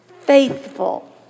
faithful